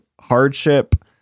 hardship